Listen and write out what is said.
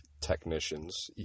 technicians